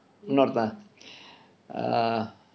err